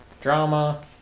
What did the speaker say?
drama